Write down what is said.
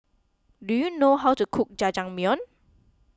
do you know how to cook Jajangmyeon